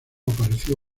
apareció